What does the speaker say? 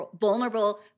vulnerable